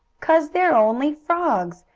cause they're only frogs.